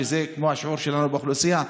שזה כמו השיעור שלנו באוכלוסייה,